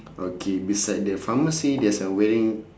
okay beside the pharmacy there's a wedding